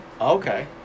Okay